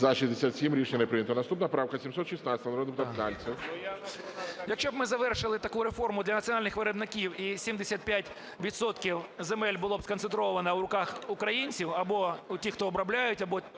Якщо б ми завершили таку реформу для національних виробників, і 75 відсотків земель було б сконцентровано в руках українців або у тих, хто обробляє, або